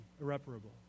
irreparable